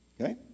Okay